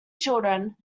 children